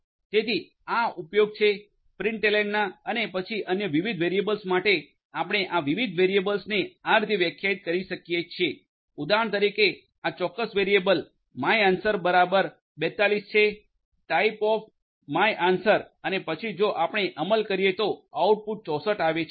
તેથી આ ઉપયોગ છે પ્રિંટલેનના અને પછી અન્ય વિવિધ વેરિયેબલ્સ માટે આપણે આ વિવિધ વેરિયેબલ્સને આ રીતે વ્યાખ્યાયિત કરી શકિએ છો ઉદાહરણ તરીકે આ ચોક્કસ વેરિયેબલ my answerમાય આન્સર બરાબર 42 છે typeof my answerટાઈપઓફ માય આન્સર અને પછી જો આપણે અમલ કરીએ તો આઉટપુટ 64 આવે છે